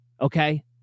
Okay